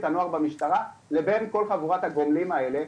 הנוער במשטרה לבין כל חבורת הגומלים האלה,